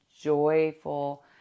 joyful